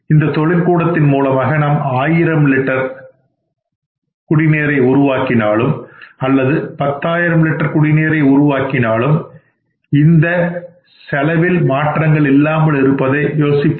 இந்த தொழில்கூடத்தின் மூலமாக நாம் ஆயிரம் லிட்டர் நீரை உருவாக்கினாலும் அல்லது பத்தாயிரம் லிட்டர் நீரை உருவாக்கினாலும் இந்த செலவில் மாற்றங்கள் இல்லாமல் இருப்பதை யோசிப்போமாக